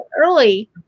early